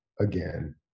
again